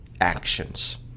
actions